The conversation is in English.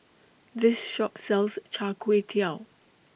This Shop sells Char Kway Teow